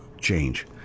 change